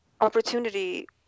opportunity